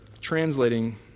translating